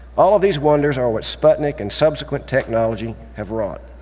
all of these wonders are what sputnik and subsequent technology have wrought.